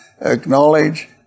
acknowledge